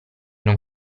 non